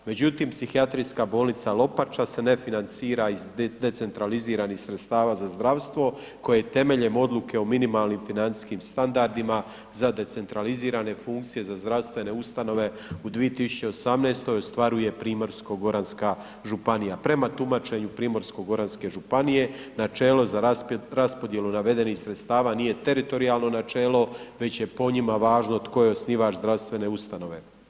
Međutim, Psihijatrijska bolnica Lopača se ne financira iz decentraliziranih sredstava za zdravstvo koje je temeljem Odluke o minimalnim financijskih standardima za decentralizirane funkcije, za zdravstvene ustanove u 2018. ostvaruje Primorsko-goranska županija, prema tumačenju Primorsko-goranske županije, načelo za raspodjelu navedenih sredstava nije teritorijalno načelo već je po njima važno tko je osnivač zdravstvene ustanove.